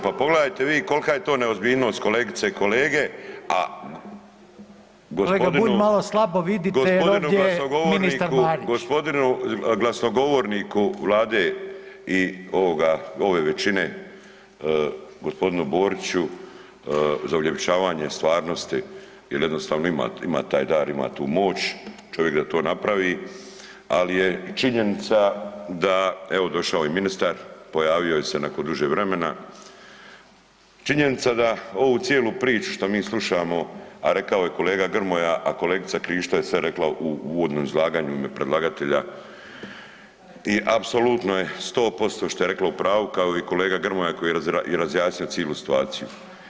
Pa pogledajte vi kolika je to neozbiljnost kolegice i kolege, a gospodin … /Govornici govore u isto vrijeme./ … gospodinu glasnogovorniku Vlade i ove većine gospodinu Boriću za uljepšavanje stvarnosti jel jednostavno ima taj dar, ima tu moć čovjek da to napravi, ali je činjenica da evo došao je i ministar pojavio je se nakon duže vremena, činjenica da ovu cijelu priču što mi slušamo, a rekao je kolega Grmoja, a kolegica Krišto je sve rekla u uvodnom izlaganju u ime predlagatelja i apsolutno je 100% šta je rekla u pravu kao i kolega Grmoja koji je razjasnio cilu situaciju.